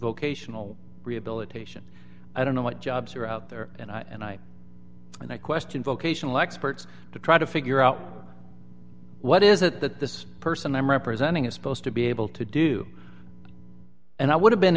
vocational rehabilitation i don't know what jobs are out there and i and i and i question vocational experts to try to figure out what is it that this person i'm representing is supposed to be able to do and i would have been